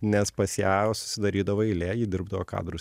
nes pas ją susidarydavo eilė ji dirbdavo kadrų